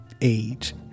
age